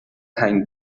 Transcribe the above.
هنگ